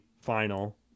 final